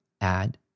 add